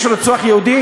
יש רוצח יהודי?